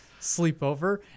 sleepover